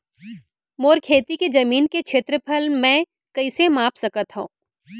मोर खेती के जमीन के क्षेत्रफल मैं कइसे माप सकत हो?